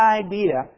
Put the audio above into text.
idea